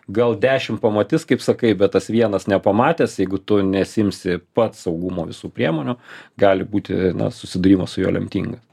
gal dešim pamatys kaip sakai bet tas vienas nepamatęs jeigu tu nesiimsi pats saugumo visų priemonių gali būti susidūrimas su jo lemtinga